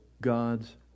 God's